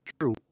true